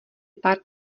pár